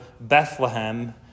Bethlehem